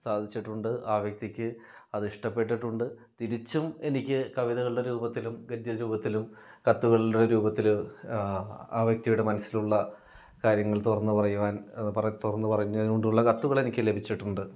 സാധിച്ചിട്ടുണ്ട് ആ വ്യക്തിക്ക് അത് ഇഷ്ടപ്പെട്ടിട്ടുണ്ട് തിരിച്ചും എനിക്ക് കവിതകളുടെ രൂപത്തിലും ഗദ്യ രൂപത്തിലും കത്തുകളുടെ രൂപത്തിൽ ആ വ്യക്തിയുടെ മനസ്സിലുള്ള കാര്യങ്ങൾ തുറന്നു പറയുവാൻ തുറന്നു പറഞ്ഞു കൊണ്ടുള്ള കത്തുകൾ എനിക്ക് ലഭിച്ചിട്ടുണ്ട്